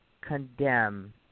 condemn